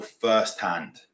firsthand